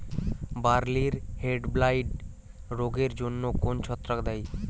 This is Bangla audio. বার্লির হেডব্লাইট রোগের জন্য কোন ছত্রাক দায়ী?